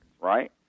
right